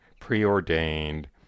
preordained